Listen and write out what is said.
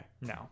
No